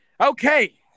Okay